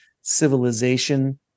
civilization